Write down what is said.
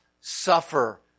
suffer